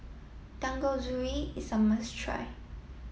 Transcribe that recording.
Dangojiru is a must try